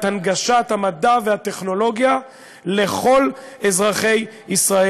הנגשת המדע והטכנולוגיה לכל אזרחי ישראל,